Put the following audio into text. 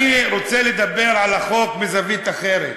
אני רוצה לדבר על החוק מזווית אחרת,